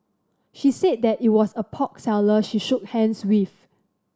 she said that it was a pork seller she shook hands with